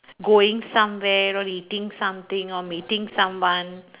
going somewhere or eating something or meeting someone